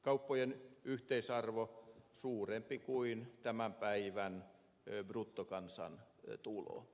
kauppojen yhteisarvo on suurempi kuin tämän päivän bruttokansantulo